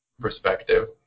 perspective